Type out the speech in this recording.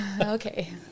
Okay